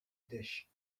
dish